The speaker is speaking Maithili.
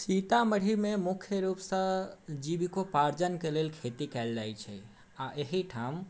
सीतामढ़ीमे मुख्य रूपसँ जीवकोपार्जन कऽ लेल खेती जाइत छै आ एहिठाम